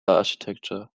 architecture